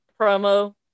promo